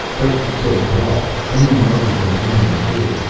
first you killed welf. then you murdered those men in the cave.